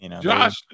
Josh